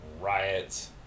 riots